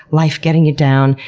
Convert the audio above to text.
life getting you down?